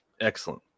excellent